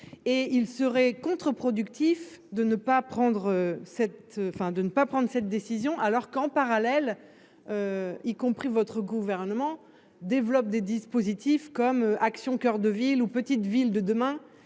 Il serait contre-productif de ne pas prendre cette décision, quand, en parallèle, votre gouvernement lui-même développe des dispositifs comme Action coeur de ville ou Petites Villes de demain.